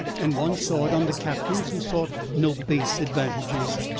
and one saw it under captains who sought no base advantages.